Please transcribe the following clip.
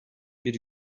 bir